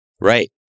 Right